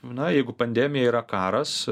na jeigu pandemija yra karas